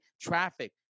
traffic